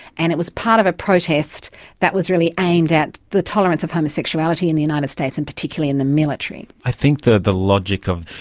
and it was a part of a protest that was really aimed at the tolerance of homosexuality in the united states and particularly in the military. i think the the logic of,